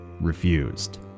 refused